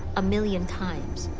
a million times.